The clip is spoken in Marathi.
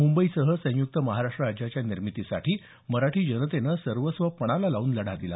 मुंबईसह संयुक्त महाराष्ट्र राज्याच्या निर्मितीसाठी मराठी जनतेने सर्वस्व पणाला लावून लढा दिला